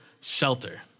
shelter